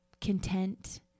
content